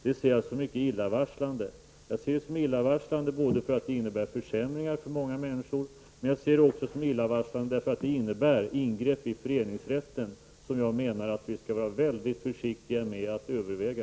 Det ser jag som mycket illavarslande, därför att det innebär försämringar för många människor och ingrepp i föreningsrätten som jag menar att vi skall vara väldigt försiktiga med att ens överväga.